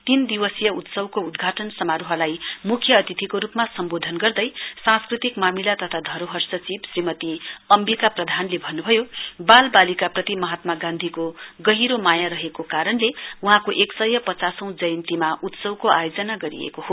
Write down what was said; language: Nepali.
तीन दिवसीय उत्तसवको उद्घाटन समोरोहलाई मुख्य अतिथिको रुपमा सम्बोधन गर्दै सांस्कृतिक मामिला तथा धरोहर सचिव श्रीमती अम्बिका प्रधानले भन्नुभयो बाल बालिकाप्रति महात्मा गान्धीको गहिरो माया रहेको कारणले वहाँको एक यस पचासौं जयन्तीमा उत्सवको आयोजना गरिएको छ